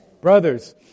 Brothers